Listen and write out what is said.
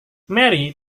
mary